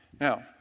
Now